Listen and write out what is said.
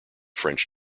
french